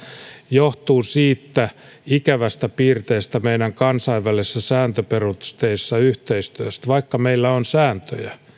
johtuu siitä ikävästä piirteestä meidän kansainvälisessä sääntöperusteisessa yhteistyössä että vaikka meillä on sääntöjä